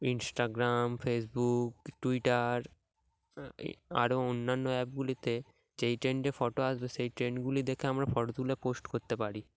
Instagram Facebook Twitter আরও অন্যান্য অ্যাপগুলিতে যেই ট্রেন্ডে ফটো আসবে সেই ট্রেন্ডগুলি দেখে আমরা ফটো তুলে পোস্ট করতে পারি